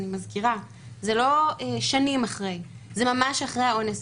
אני מזכירה, זה לא שנים אחרי, זה ממש אחרי האונס.